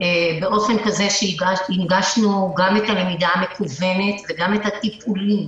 באופן כזה שהנגשנו גם את הלמידה המקוונת וגם את התפעולים,